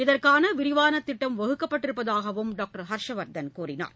இதற்கானவிரிவானதிட்டம் வகுக்கப்பட்டிருப்பதாகவும் டாக்டர் ஹர்ஷ்வர்தன் கூறினார்